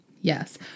Yes